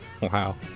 Wow